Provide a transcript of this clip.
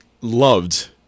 loved